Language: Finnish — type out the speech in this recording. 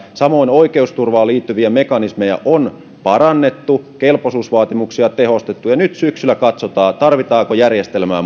samoin oikeusturvaan liittyviä mekanismeja on parannettu kelpoisuusvaatimuksia tehostettu ja nyt syksyllä katsotaan tarvitseeko järjestelmää